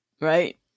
Right